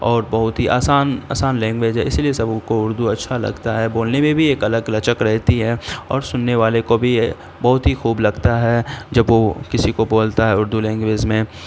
اور بہت ہی آسان آسان لینگویج ہے اسی لیے سبھوں کو اردو اچھا لگتا ہے بولنے میں بھی ایک الگ لچک رہتی ہے اور سننے والے کو بھی یہ بہت ہی خوب لگتا ہے جب وہ کسی کو بولتا ہے اردو لینگویز میں